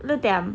li diam